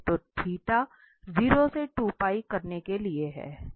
तो 0 से करने के लिए है